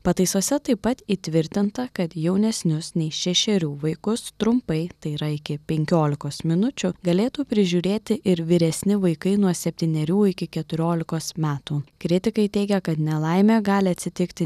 pataisose taip pat įtvirtinta kad jaunesnius nei šešerių vaikus trumpai tai yra iki penkiolikos minučių galėtų prižiūrėti ir vyresni vaikai nuo septynerių iki keturiolikos metų kritikai teigia kad nelaimė gali atsitikti